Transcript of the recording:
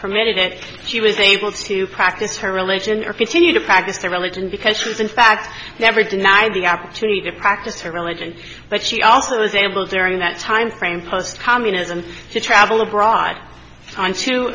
permitted it she was able to practice her religion or continue to practice their religion because she was in fact never denied the opportunity to practice her religion but she also was able during that time frame post communism to travel abroad on